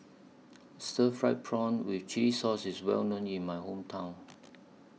Stir Fried Prawn with Chili Sauce IS Well known in My Hometown